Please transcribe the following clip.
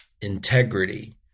integrity